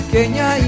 Kenya